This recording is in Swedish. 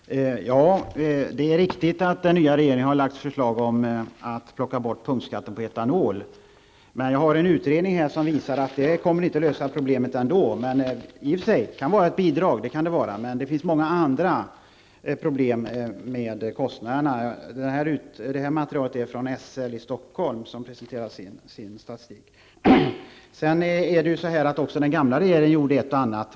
Herr talman! Det är riktigt att den nya regeringen har lagt fram förslag om att ta bort punktskatten på etanol. Jag har här en utredning som visar att detta ändå inte kommer att lösa problemet. Det kan i och för sig vara ett bidrag, men det finns många andra problem med kostnaderna. Detta material där man redovisar statistik kommer från SL i Stockholm. Också den gamla regeringen gjorde ett och annat.